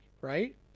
right